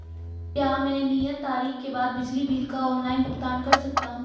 क्या मैं नियत तारीख के बाद बिजली बिल का ऑनलाइन भुगतान कर सकता हूं?